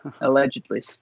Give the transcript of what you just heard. allegedly